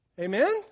Amen